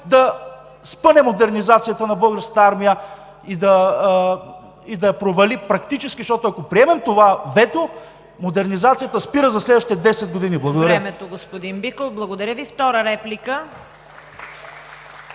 да спъне модернизацията на Българската армия и да я провали практически, защото, ако приемем това вето, модернизацията спира за следващите 10 години. Благодаря.